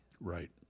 Right